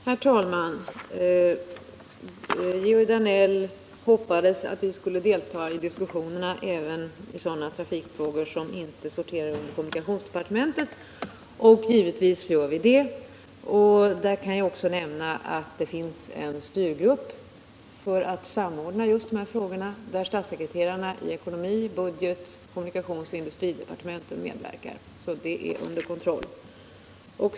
Herr talman! Georg Danell hoppades att vi skulle delta i diskussioner även i sådana trafikfrågor som inte sorterar under kommunikationsdepartementet. Givetvis gör vi det. Jag kan också nämna att det finns en styrgrupp för samordning av just de här frågorna, där statssekreterarna i ekonomi-, budget-, kommunikationsoch industridepartementen medverkar. Det hela är alltså under kontroll.